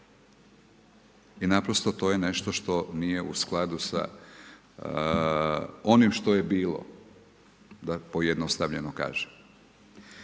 naprosto to je nešto što nije u skladu sa onim što je bilo da pojednostavljeno kažem.